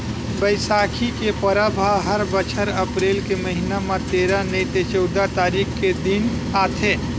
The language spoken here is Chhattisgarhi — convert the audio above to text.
बइसाखी के परब ह हर बछर अपरेल के महिना म तेरा नइ ते चउदा तारीख के दिन आथे